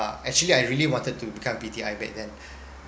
actually I really wanted to become a P_T_I back then